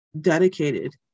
dedicated